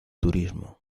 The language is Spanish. turismo